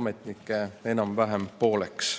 ametnikke enam-vähem pooleks,